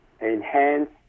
enhance